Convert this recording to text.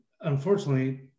unfortunately